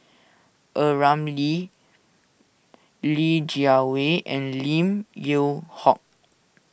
A Ramli Li Jiawei and Lim Yew Hock